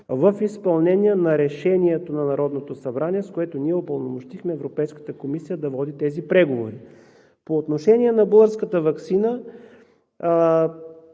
в изпълнение на решението на Народното събрание, с което ние упълномощихме Европейската комисия да води тези преговори. По отношение на българската ваксина,